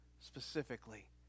specifically